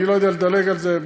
אני לא יודע לדלג על זה,